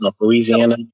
Louisiana